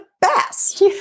best